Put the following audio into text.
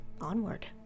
Onward